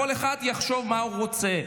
שכל אחד יחשוב מה הוא רוצה.